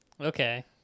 Okay